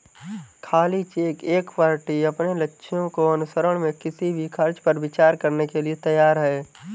खाली चेक एक पार्टी अपने लक्ष्यों के अनुसरण में किसी भी खर्च पर विचार करने के लिए तैयार है